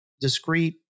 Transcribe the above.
discrete